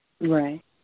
Right